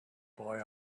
boy